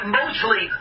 mostly